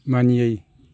मानियै